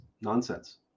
nonsense